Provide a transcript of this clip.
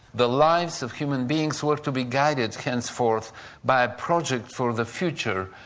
the lives of human beings were to be guided henceforth by project for the future,